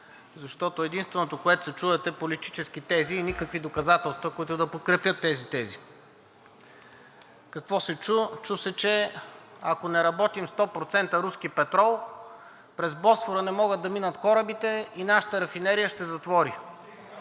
защото единственото, което се чува, са политически тези и никакви доказателства, които да подкрепят тези тези. Какво се чу? Чу се, че ако не работим 100% руски петрол, през Босфора не могат да минат корабите и нашата рафинерия ще затвори